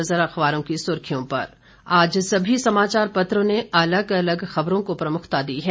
एक नज़र अखबारों की सुर्खियों पर आज सभी समाचार पत्रों ने अलग अलग खबरों को प्रमुखता दी है